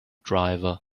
driver